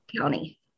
county